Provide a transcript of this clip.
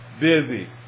Busy